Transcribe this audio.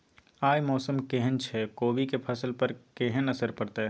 आय मौसम केहन छै कोबी के फसल पर केहन असर परतै?